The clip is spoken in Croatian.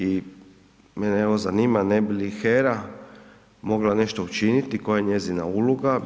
I mene evo zanima ne bi li HERA mogla nešto učiniti i koja je njezina uloga?